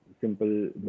simple